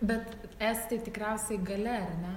bet es tai tikriausiai gale ar ne